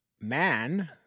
man